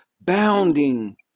bounding